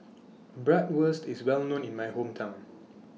Bratwurst IS Well known in My Hometown